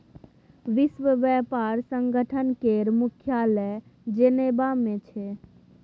विश्व बेपार संगठन केर मुख्यालय जेनेबा मे छै